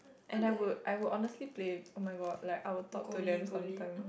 and I would I would honestly play oh-my-god like I would talk to them sometime